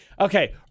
Okay